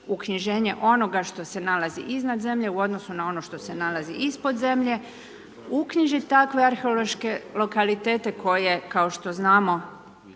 uknjiženje onoga što se nalazi iznad zemlje u odnosu na ono što se nalazi ispod zemlje, uknjižit takve arheološke lokalitete, koje kao što znamo